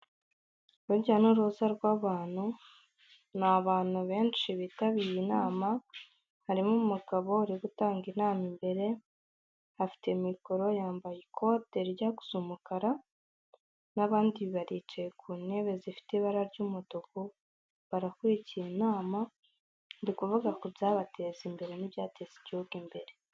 Urujya n'uruza rw'abantu n abantu benshi bitabiriye inama harimo umugabo uri gutanga inama imbere afite mikoro yambaye ikote rijya gu gusa umukara n'abandi baricaye ku ntebe zifite ibara ry'umutuku barakurikikira inama bari kuvuga ku byabateza imbere n'ibyateza igihugu imbere.